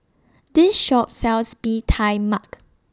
This Shop sells Bee Tai Mak